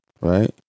Right